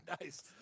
Nice